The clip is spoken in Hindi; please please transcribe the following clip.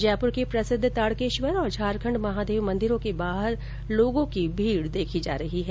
जयपुर के प्रसिद्व ताडकेश्वर और झारखण्ड महादेव मंदिरों के बाहर लोगों की भीड देखी जा रही है